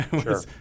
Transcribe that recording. Sure